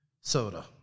soda